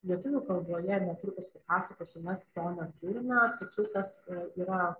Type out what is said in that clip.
lietuvių kalboje netrukus papasakosiu mes to neturime tačiau tas yra